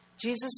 Jesus